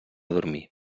dormir